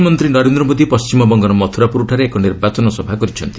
ପ୍ରଧାନମନ୍ତ୍ରୀ ନରେନ୍ଦ୍ର ମୋଦି ପଣ୍ଢିମବଙ୍ଗର ମଥ୍ରରାପ୍ରରଠାରେ ଏକ ନିର୍ବାଚନ ସଭା କରିଛନ୍ତି